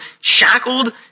shackled